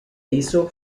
hizo